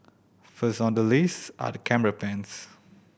first on the list are camera pens